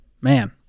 Man